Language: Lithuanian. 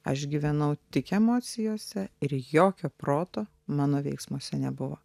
aš gyvenau tik emocijose ir jokio proto mano veiksmuose nebuvo